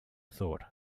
thought